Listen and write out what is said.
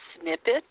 snippet